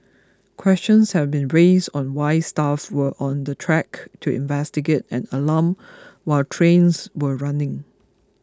questions have been raised on why staff were on the track to investigate an alarm while trains were running